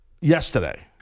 Yesterday